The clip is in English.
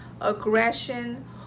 aggression